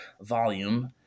volume